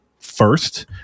first